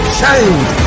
change